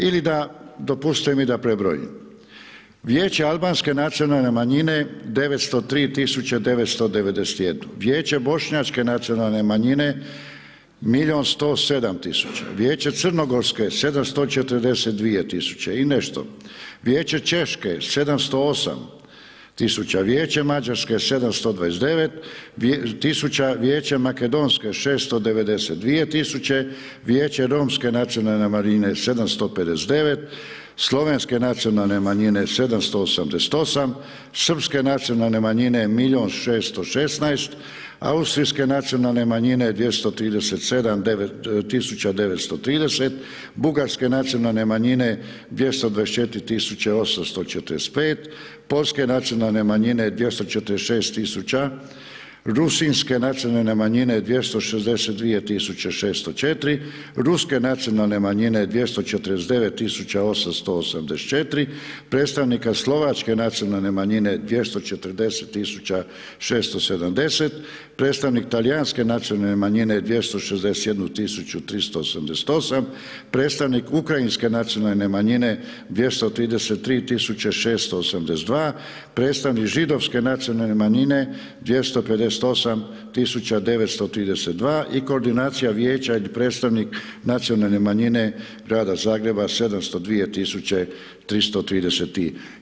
Ili da, dopustite mi da prebrojim, Vijeće albanske nacionalne manjine 903 tisuće 991, Vijeće bošnjačke nacionalne manjine 1 milijun 107 tisuća, Vijeće crnogorske 742 tisuće i nešto, Vijeće češke 708 tisuća, Vijeće mađarske 729 tisuća, Vijeće makedonske 692 tisuće, Vijeće romske nacionalne manjine 759 tisuće, Slovenske nacionalne manjine 788 tisuća, Srpske nacionalne manjine 1 milijun 616 tisuća, Austrijske nacionalne manjine 237 tisuća 930, Bugarske nacionalne manjine 224 tisuće 845, Poljske nacionalne manjine 246 tisuća, Rusinske nacionalne manjine 262 tisuće 604, Ruske nacionalne manjine 249 tisuća 884, predstavnika Slovačke nacionalna manjine 240 tisuća 670, predstavnik Talijanske nacionalne manjine 261 tisuću 388, predstavnik Ukrajinske nacionalne manjine 233 tisuće 682, predstavnik Židovske nacionalne manjine 258 tisuća 932 i Koordinacija vijeća i predstavnik nacionalne manjine Grada Zagreba 702 tisuće 330.